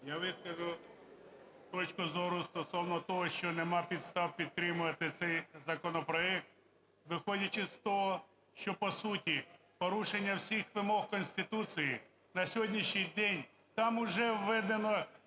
Я вискажу точку зору стосовно того, що нема підстав підтримувати цей законопроект, виходячи з того, що по суті порушення всіх вимог Конституції на сьогоднішній день, там уже введено